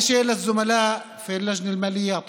(אומר דברים בשפה הערבית, להלן